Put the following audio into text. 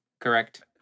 Correct